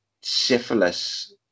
syphilis